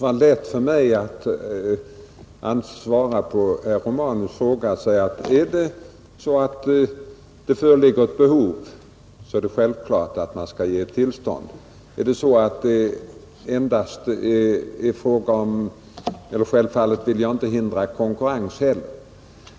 Fru talman! Det skulle naturligtvis vara lätt för mig att på herr Romanus” fråga svara att om ett behov föreligger är det självklart att man skall ge tillstånd — naturligtvis vill jag inte hindra konkurrens.